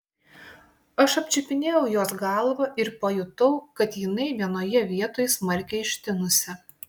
aš apčiupinėjau jos galvą ir pajutau kad jinai vienoje vietoj smarkiai ištinusi